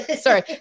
sorry